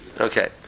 Okay